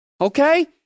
okay